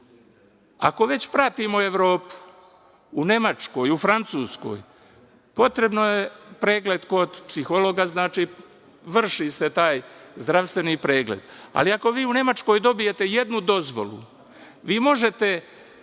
već pratimo Evropu, u Nemačkoj, u Francuskoj potreban je pregled kod psihologa, znači, vrši se taj zdravstveni pregled, ali ako vi u Nemačkoj dobijete jednu dozvolu, vi možete